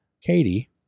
Katie